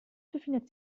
befindet